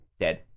dead